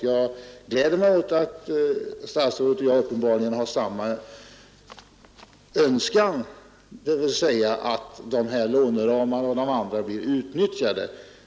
Det är möjligt att statsrådet och jag har samma önskan, dvs. att låneramarna för förbättringslånen och de andra lånen blir utnyttjade.